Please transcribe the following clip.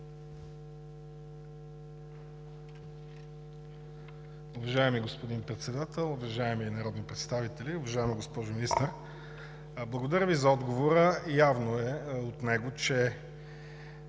Уважаеми господин Председател, уважаеми народни представители! Уважаема госпожо Министър, благодаря Ви за отговора. Явно е от него, че